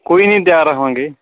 ਕੋਈ ਨਹੀਂ ਤਿਆਰ ਰਹਾਂਗੇ